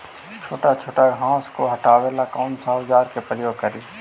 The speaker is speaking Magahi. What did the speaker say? छोटा छोटा घास को हटाबे ला कौन औजार के प्रयोग करि?